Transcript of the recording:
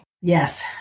Yes